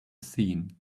scene